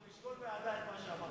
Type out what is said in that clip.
נשקול באהדה את מה שאמרת.